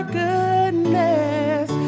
goodness